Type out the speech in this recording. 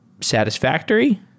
satisfactory